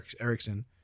Erickson